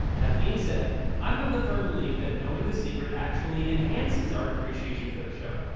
that being said, i'm of the firm belief that knowing the secret actually enhances our appreciation for the show,